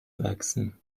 wachsen